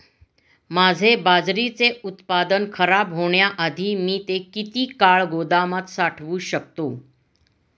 माझे बाजरीचे उत्पादन खराब होण्याआधी मी ते किती काळ गोदामात साठवू शकतो?